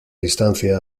distancia